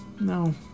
No